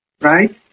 right